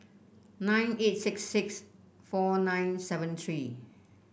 nine eight six six four nine seven three